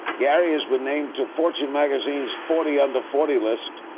gary has been named to fortune magazine's forty under forty list,